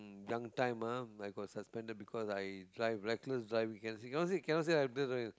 young time ah I got suspended because i drive reckless driving cannot can cannot cannot say I didn't driving